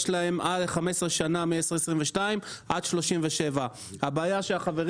יש 15 שנים; מאוקטובר 2022 ועד שנת 2037. הבעיה היא שהחברים